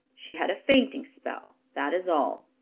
she had a fainting spell, that is all.